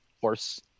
Horse